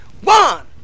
One